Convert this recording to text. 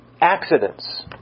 accidents